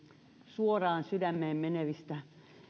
suoraan sydämeen menevistä